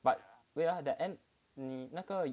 but wait lah the end 你那个